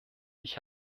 ich